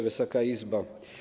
Wysoka Izbo!